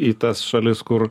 į tas šalis kur